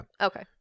Okay